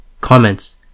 Comments